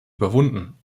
überwunden